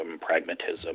pragmatism